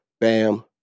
Bam